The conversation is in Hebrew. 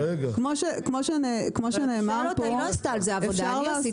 כמו שנאמר פה, אפשר לעשות